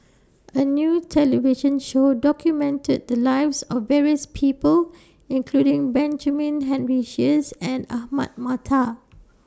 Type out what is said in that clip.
A New television Show documented The Lives of various People including Benjamin Henry Sheares and Ahmad Mattar